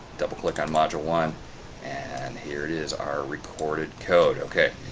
double click on module one and here it is, our recorded code. okay,